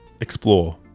Explore